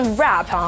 rap